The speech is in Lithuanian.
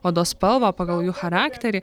odos spalvą o pagal jų charakterį